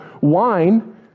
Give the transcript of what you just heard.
wine